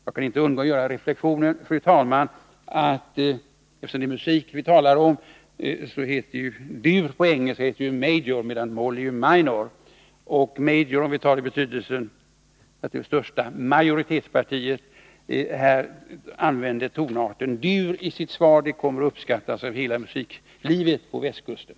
Jag kan inte undgå att göra en reflexion, fru talman, eftersom det är musik vi talar om. Dur heter ju på engelska ”major”, medan moll heter ”minor”. ”Major” kan ju också ha betydelsen majoritetspartiet i riksdagen, och att det här frågesvaret från en företrädare för detta parti är hållet i dur kommer att uppskattas av hela musiklivet på västkusten.